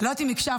לא יודעת אם הקשבת,